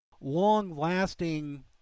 long-lasting